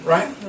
Right